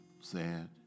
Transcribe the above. sad